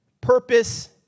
Purpose